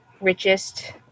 richest